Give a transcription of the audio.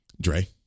Dre